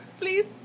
please